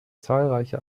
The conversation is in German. zahlreiche